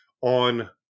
on